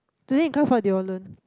today in class what did you all learn